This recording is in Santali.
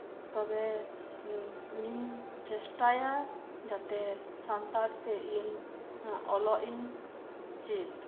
ᱛᱚᱵᱮ ᱤᱧ ᱪᱮᱥᱴᱟᱭᱟ ᱡᱟᱛᱮ ᱥᱟᱱᱛᱟᱲ ᱛᱮ ᱤᱧ ᱚᱞᱚᱜ ᱤᱧ ᱪᱤᱫ